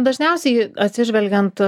dažniausiai atsižvelgiant